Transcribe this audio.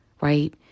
Right